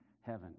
heaven